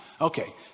okay